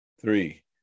three